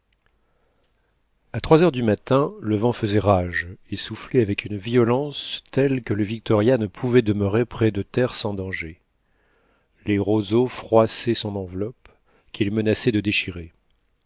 a trois heures du matin le vent faisait rage et soufflait avec une violence telle que le victoria ne pouvait demeurer près de terre sans danger les roseaux froissaient son enveloppe qu'ils menaçaient de déchirer